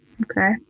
Okay